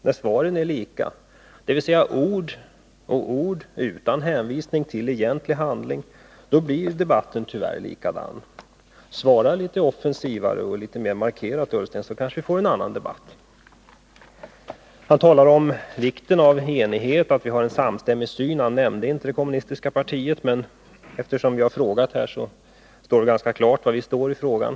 När svaren är likadana — dvs. när svaren utgörs av ord utan hänvisning till egentlig handling — blir debatterna tyvärr likadana. Svara litet offensivare och litet mera markerat, Ola Ullsten, så kanske vi får en annan debatt! Ola Ullsten talar om vikten av enighet, av att vi har en samstämmig syn. Han nämnde inte det kommunistiska partiet, men eftersom vi genom mig har frågat här är det väl ganska klart var vi står i frågan.